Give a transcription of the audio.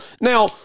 Now